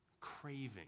craving